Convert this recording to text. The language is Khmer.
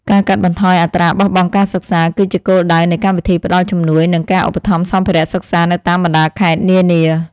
ការកាត់បន្ថយអត្រាបោះបង់ការសិក្សា គឺជាគោលដៅនៃកម្មវិធីផ្តល់ជំនួយនិងការឧបត្ថម្ភសម្ភារៈសិក្សានៅតាមបណ្តាខេត្តនានា។